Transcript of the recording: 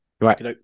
Right